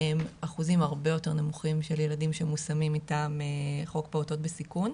אחוזים הרבה יותר נמוכים של ילדים שמושמים מטעם חוק פעוטות בסיכון.